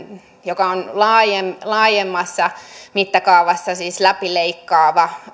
joka on laajemmassa mittakaavassa siis läpileikkaava